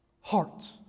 Hearts